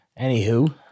Anywho